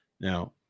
Now